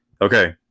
Okay